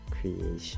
creation